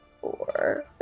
four